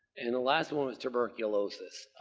and the last one was tuberculosis.